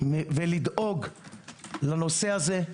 ולדאוג לנושא הזה.